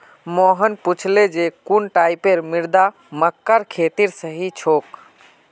मोहन पूछले जे कुन टाइपेर मृदा मक्कार खेतीर सही छोक?